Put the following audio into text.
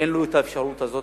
אין לו היום את האפשרות הזאת